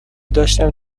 داشتم